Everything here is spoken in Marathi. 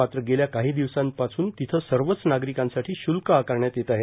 मात्र गेल्या काही दिवसांपासून तिथं सर्वच नागरिकांसाठी शुल्क आकारण्यात येत आहे